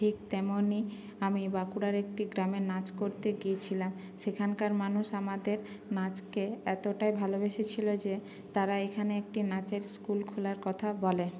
ঠিক তেমনই আমি বাঁকুড়ার একটি গ্রামে নাচ করতে গিয়েছিলাম সেখানকার মানুষ আমাদের নাচকে এতটাই ভালোবেসেছিলো যে তারা এখানে একটি নাচের স্কুল খোলার কথা বলে